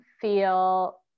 feel